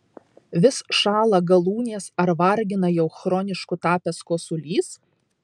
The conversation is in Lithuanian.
vis šąla galūnės ar vargina jau chronišku tapęs kosulys